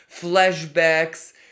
flashbacks